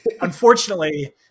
unfortunately